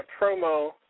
Promo